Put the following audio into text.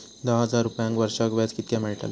दहा हजार रुपयांक वर्षाक व्याज कितक्या मेलताला?